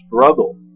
struggle